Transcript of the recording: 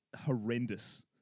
horrendous